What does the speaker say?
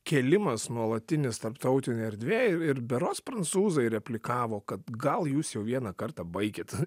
kėlimas nuolatinis tarptautinėj erdvėj ir berods prancūzai replikavo kad gal jūs jau vieną kartą baikit